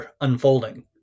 unfolding